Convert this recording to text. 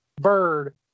bird